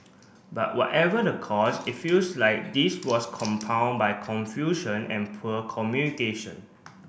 but whatever the cause it feels like this was compound by confusion and poor communication